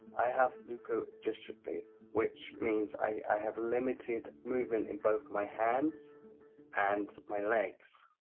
i have leukodystrophy which means i have limited movement in both my hands and my legs.